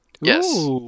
yes